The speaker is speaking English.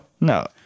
No